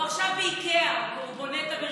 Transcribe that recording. הוא עכשיו באיקאה, בונה את המריצה.